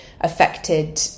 affected